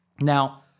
Now